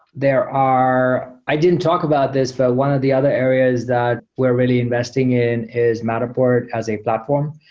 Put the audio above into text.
there are i didn't talk about this, but one of the other areas that we're really investing in is matterpoart as a platform.